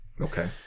Okay